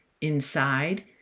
Inside